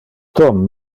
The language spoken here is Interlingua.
tom